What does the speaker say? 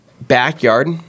backyard